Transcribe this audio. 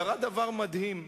קרה דבר מדהים.